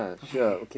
okay K